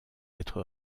être